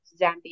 Zambia